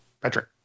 Patrick